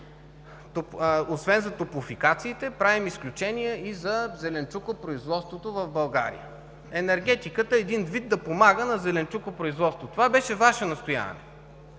освен за топлофикациите, правим изключения и за зеленчукопроизводството в България. Енергетиката, един вид, да помага на зеленчукопроизводство. Това беше Ваше настояване.